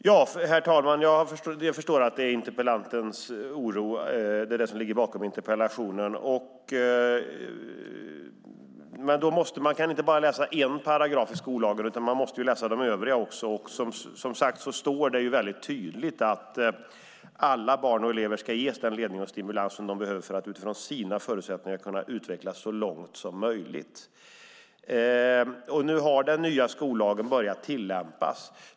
Herr talman! Jag förstår den oro som ligger bakom interpellationen. Man kan dock inte bara läsa en paragraf i skollagen, utan man måste läsa även de övriga. Som sagt står det väldigt tydligt att alla barn och elever ska ges den ledning och stimulans som de behöver för att utifrån sina förutsättningar kunna utvecklas så långt som möjligt. Nu har den nya skollagen börjat tillämpas.